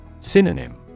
Synonym